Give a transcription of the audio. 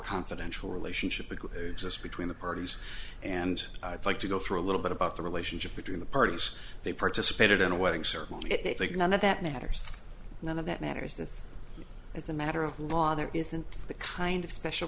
confidential relationship because just between the parties and i'd like to go through a little bit about the relationship between the parties they participated in a wedding ceremony they think none of that matters none of that matters since as a matter of law there isn't the kind of special